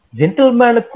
gentleman